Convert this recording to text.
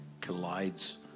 collides